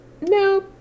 No